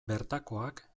bertakoak